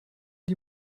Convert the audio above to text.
die